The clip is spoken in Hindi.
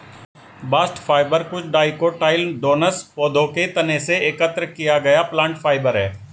बास्ट फाइबर कुछ डाइकोटाइलडोनस पौधों के तने से एकत्र किया गया प्लांट फाइबर है